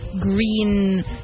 green